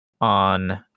on